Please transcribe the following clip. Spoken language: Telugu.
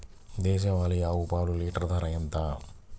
దేశవాలీ ఆవు పాలు లీటరు ధర ఎంత?